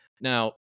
Now